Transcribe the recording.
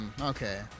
okay